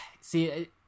see